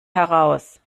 heraus